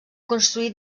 construir